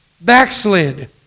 backslid